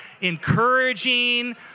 encouraging